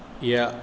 ह्या